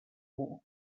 war